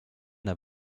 der